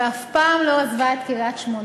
ואף פעם לא עזבה את קריית-שמונה.